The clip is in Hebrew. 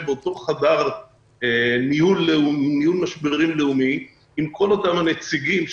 באותו חדר ניהול משברים לאומי עם כל אותם הנציגים,